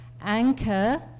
anchor